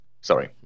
sorry